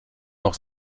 auch